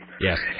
Yes